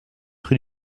rue